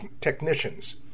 technicians